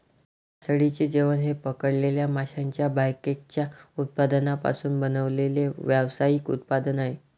मासळीचे जेवण हे पकडलेल्या माशांच्या बायकॅचच्या उत्पादनांपासून बनवलेले व्यावसायिक उत्पादन आहे